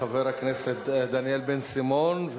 חבר הכנסת דניאל בן-סימון,